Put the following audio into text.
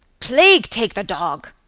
plague take the dog!